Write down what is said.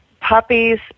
puppies